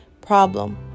problem